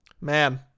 man